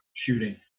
shooting